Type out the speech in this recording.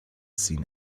seen